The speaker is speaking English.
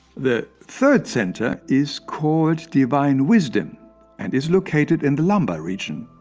the third center is called divine wisdom and is located in the lumbar region.